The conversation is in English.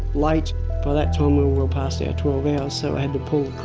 like by that time we were well past our twelve hours so i had to pull